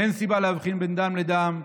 אין סיבה להבחין בין דם לדם,